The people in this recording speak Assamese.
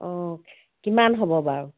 অঁ কিমান হ'ব বাৰু